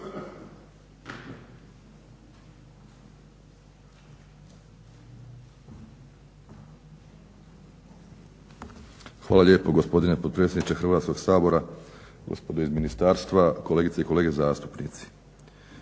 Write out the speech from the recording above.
Hvala lijepo gospodine potpredsjedniče Hrvatskog sabora. Gospodo iz ministarstva, kolegice i kolege zastupnici.